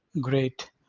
great